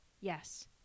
Yes